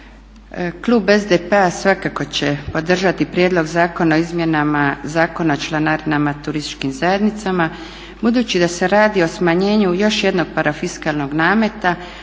Klub SDP-a svakako će podržati Prijedlog zakona o izmjenama Zakona o članarinama u turističkim zajednicama, budući da se radi o smanjenju još jednog parafiskalnog nameta,